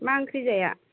मा ओंख्रि जाया